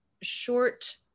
short